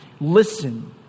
listen